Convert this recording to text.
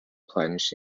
plunged